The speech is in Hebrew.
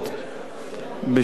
בשטחי ישראל,